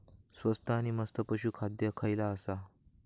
स्वस्त आणि मस्त पशू खाद्य खयला आसा?